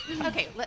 Okay